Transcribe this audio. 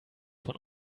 von